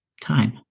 time